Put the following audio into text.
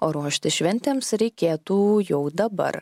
o ruoštis šventėms reikėtų jau dabar